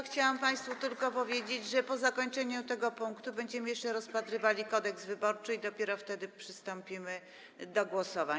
Chciałam państwu tylko powiedzieć, że po zakończeniu tego punktu będziemy jeszcze rozpatrywali Kodeks wyborczy i dopiero wtedy przystąpimy do głosowań.